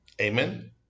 Amen